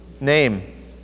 name